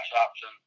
option